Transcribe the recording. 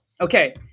Okay